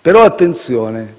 Però, attenzione: